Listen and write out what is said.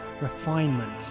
Refinement